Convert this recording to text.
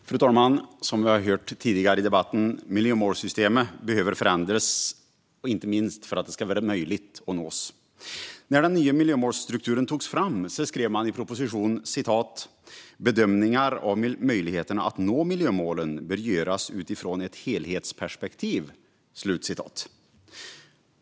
Fru talman! Som vi har hört tidigare i debatten behöver miljömålssystemet förändras, inte minst för att det ska vara möjligt att nås. När den nya miljömålsstrukturen togs fram skrev man i propositionen: Bedömningar av möjligheterna att nå miljömålen bör göras utifrån ett helhetsperspektiv.